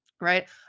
right